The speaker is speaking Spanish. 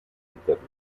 interna